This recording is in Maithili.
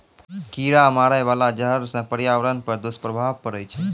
कीरा मारै बाला जहर सँ पर्यावरण पर दुष्प्रभाव पड़ै छै